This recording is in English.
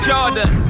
Jordan